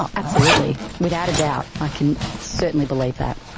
um absolutely. without a doubt i can certainly believe that.